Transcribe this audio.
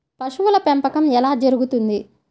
పశువుల పెంపకం ఎలా జరుగుతుంది?